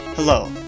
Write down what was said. Hello